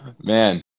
Man